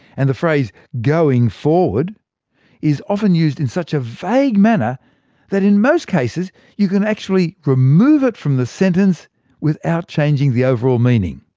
and the phrase going forward' is often used in such a vague manner that in most cases you can actually remove it from the sentence without changing the overall meaning.